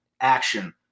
action